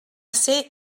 ser